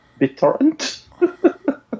BitTorrent